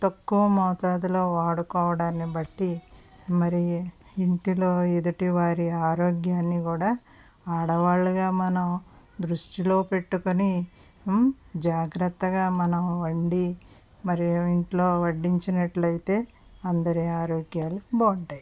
తక్కువ మోతాదులో వాడుకోవడాన్ని బట్టి మరి ఇంటిలో ఎదుటివారి ఆరోగ్యాన్ని కూడా ఆడవాళ్ళుగా మనం దృష్టిలో పెట్టుకుని జాగ్రత్తగా మనం వండి మరి ఇంట్లో వడ్డించినట్లయితే అందరి ఆరోగ్యాలు బాగుంటాయి